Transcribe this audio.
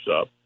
up